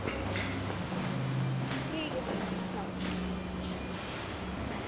ठीक ऐ ठीक ऐ मैं सनाऊड़गी